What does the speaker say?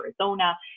Arizona